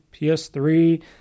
PS3